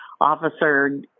officer